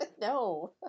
No